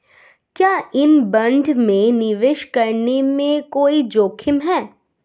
क्या इन बॉन्डों में निवेश करने में कोई जोखिम है?